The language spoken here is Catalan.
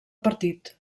partit